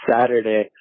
Saturday